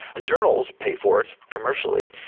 the journals pay for it commercially.